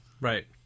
right